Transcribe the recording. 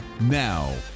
Now